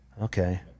okay